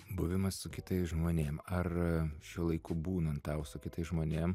buvimas su kitais žmonėm ar šiuo laiku būnant tau su kitais žmonėm